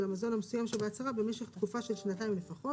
המזון המסוים שבהצהרה במשך תקופה של שנתיים לפחות,